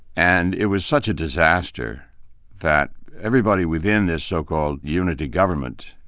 and it was such a disaster that everybody within this so co-called unity government,